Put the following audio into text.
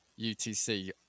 UTC